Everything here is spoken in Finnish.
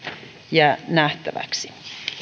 jää nähtäväksi